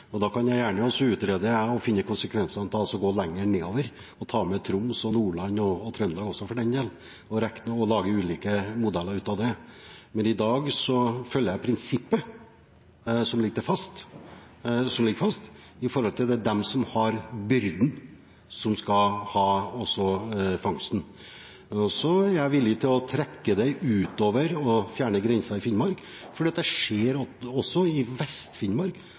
og da kan jeg gjerne også utrede konsekvensene av å gå lenger nedover, og ta med Troms, Nordland – og Trøndelag også for den del – og lage ulike modeller av det. Men i dag følger jeg prinsippet som ligger fast, at det er de som har byrden, som skal ha fangsten. Så er jeg villig til å trekke det utover og fjerne grensen i Finnmark, fordi jeg ser at også i